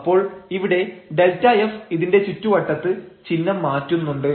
അപ്പോൾ ഇവിടെ Δf ഇതിന്റെ ചുറ്റുവട്ടത്ത് ചിഹ്നം മാറ്റുന്നുണ്ട്